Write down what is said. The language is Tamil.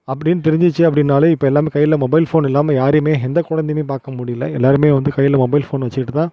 அப்படின்னு தெரிஞ்சிச்சு அப்படினாலே இப்போ எல்லாமே கையில் மொபைல் ஃபோன் இல்லாமல் யாரையுமே எந்த குழந்தையுமே பார்க்க முடியல எல்லாருமே வந்து கையில் மொபைல் ஃபோன் வெச்சுகிட்டு தான்